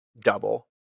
double